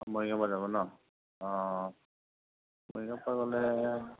মৰিগাঁৱৰ পৰা যাব ন' অ মৰিগাঁৱৰ পৰা গ'লে